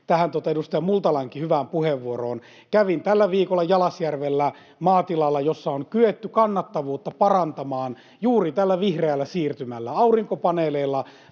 tähän edustaja Multalankin hyvään puheenvuoroon: Kävin tällä viikolla Jalasjärvellä maatilalla, jolla on kyetty kannattavuutta parantamaan juuri tällä vihreällä siirtymällä. Aurinkopaneeleilla